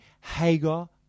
Hagar